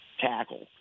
tackle